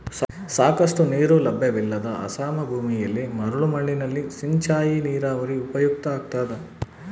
ಸಾಕಷ್ಟು ನೀರು ಲಭ್ಯವಿಲ್ಲದ ಅಸಮ ಭೂಮಿಯಲ್ಲಿ ಮರಳು ಮಣ್ಣಿನಲ್ಲಿ ಸಿಂಚಾಯಿ ನೀರಾವರಿ ಉಪಯುಕ್ತ ಆಗ್ತದ